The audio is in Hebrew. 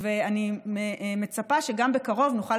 ואני מצפה שבקרוב גם נוכל